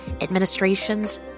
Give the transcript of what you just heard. administrations